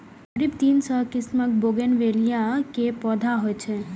करीब तीन सय किस्मक बोगनवेलिया के पौधा होइ छै